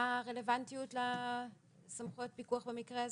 מה הרלוונטיות לסמכויות הפיקוח במקרה הזה?